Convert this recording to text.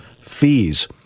fees